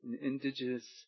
Indigenous